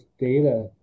data